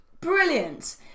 Brilliant